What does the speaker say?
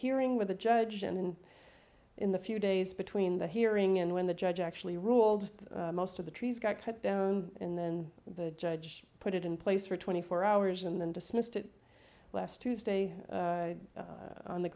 hearing with the judge and in the few days between the hearing and when the judge actually ruled most of the trees got cut down and then the judge put it in place for twenty four hours and then dismissed it last tuesday